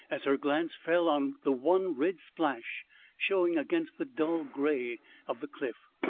as her glance fell on the one red splash showing against the dull grey of the cliff.